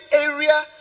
area